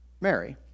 Mary